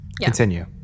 Continue